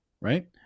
Right